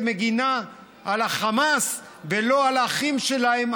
מגינה על החמאס ולא על האחים שלהם,